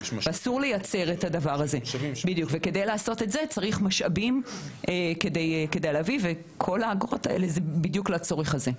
כדי לעשות את זה צריך משאבים וכל האגרות האלה הן בדיוק לצורך הזה.